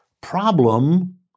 problem